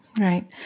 Right